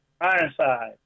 Ironside